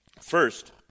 First